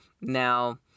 Now